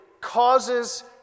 causes